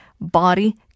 body